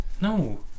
No